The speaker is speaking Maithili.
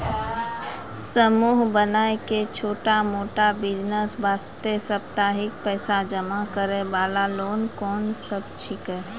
समूह बनाय के छोटा मोटा बिज़नेस वास्ते साप्ताहिक पैसा जमा करे वाला लोन कोंन सब छीके?